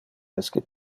esque